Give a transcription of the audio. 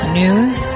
news